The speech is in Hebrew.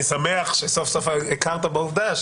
אני שמח שסוף סוף הכרת בעובדה.